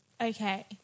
Okay